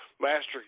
master